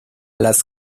las